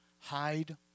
hide